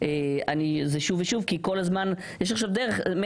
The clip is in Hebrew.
אמר לכם ראש הממשלה שדלתו